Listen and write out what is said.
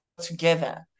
together